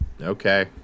Okay